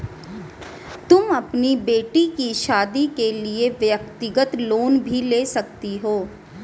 तुम अपनी बेटी की शादी के लिए व्यक्तिगत लोन भी ले सकती हो